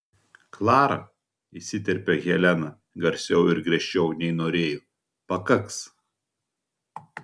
klara įsiterpia helena garsiau ir griežčiau nei norėjo pakaks